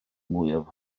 mwyaf